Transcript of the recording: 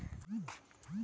विमाचो फायदो काय?